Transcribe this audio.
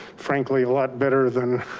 frankly, a lot better than